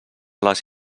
les